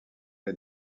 les